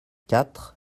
quatre